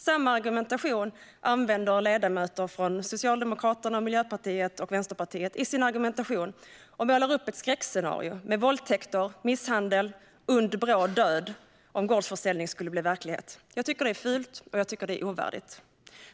Samma argumentation använder ledamöter från Socialdemokraterna, Miljöpartiet och Vänsterpartiet i sin argumentation och målar upp ett skräckscenario med våldtäkter, misshandel och ond bråd död om gårdsförsäljning skulle bli verklighet. Jag tycker att det är fult och ovärdigt.